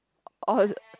oh is it